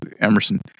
Emerson